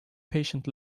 patient